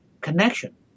connection